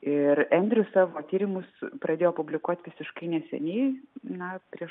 ir endrius savo tyrimus pradėjo publikuoti visiškai neseniai na prieš